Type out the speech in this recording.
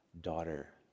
daughter